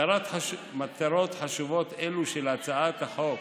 מטרות חשובות אלו של הצעת החוק,